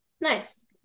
Nice